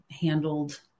handled